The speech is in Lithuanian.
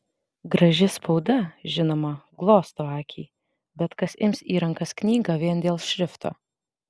graži spauda žinoma glosto akį bet kas ims į rankas knygą vien dėl šrifto